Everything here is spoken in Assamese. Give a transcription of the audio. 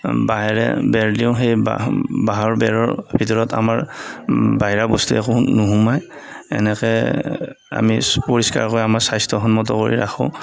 বাঁহেৰে বেৰ দিওঁ সেই বাঁহ বাঁহৰ বেৰৰ ভিতৰত আমাৰ বাহিৰা বস্তু একো নোসোমায় এনেকৈ আমি পৰিস্কাৰকৈ আমাৰ স্ৱাস্থ্যসন্মত কৰি ৰাখোঁ